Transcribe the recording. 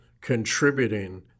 contributing